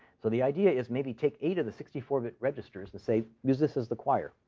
so the idea is maybe take eight of the sixty four bit registers and say, use this as the quire.